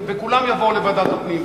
וכולם יבואו לוועדת הפנים.